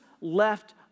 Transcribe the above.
left